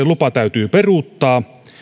lupa täytyy peruuttaa